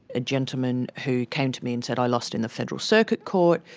a gentleman who came to me and said, i lost in the federal circuit court.